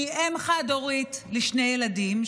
שהיא אם חד-הורית לשני ילדים,